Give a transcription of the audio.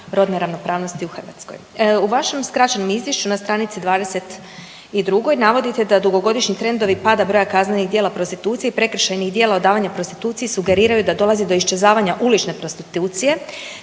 rodne ravnopravnosti u Hrvatskoj. U vašem skraćenom izvješću na stranici 22. navodite da dugogodišnji trendovi pada broja kaznenih djela prostitucije i prekršajnih djela odavanja prostituciji sugeriraju da dolazi do iščezavanja ulične prostitucije